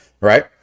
Right